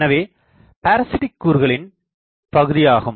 எனவே இது பரசிட்டிக் கூறுகளின் பகுதியாகும்